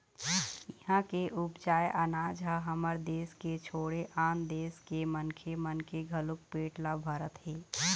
इहां के उपजाए अनाज ह हमर देस के छोड़े आन देस के मनखे मन के घलोक पेट ल भरत हे